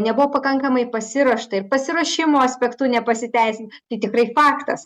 nebuvo pakankamai pasiruošta ir pasiruošimo aspektu nepasiteisins tai tikrai faktas